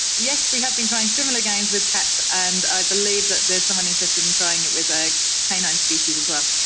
yes, we have been trying similar games with cats, and i believe that there is someone interested in trying it with a like canine species as well.